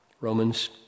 Romans